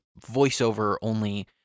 voiceover-only